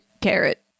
Carrot